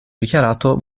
dichiarato